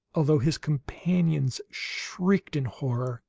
although his companions shrieked in horror.